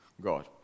God